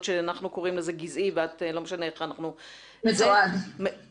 שאנחנו קוראים לה גזעי ואת קוראת לה מתועד,